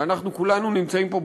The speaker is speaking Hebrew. ואנחנו כולנו נמצאים פה,